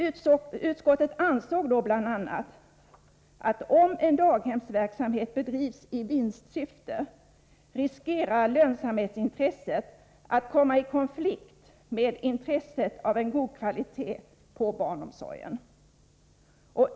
Utskottet ansåg då bl.a. att om en daghemsverksamhet bedrivs i vinstsyfte riskerar lönsamhetsintresset att komma i konflikt med intresset av en god kvalitet på barnomsorgen.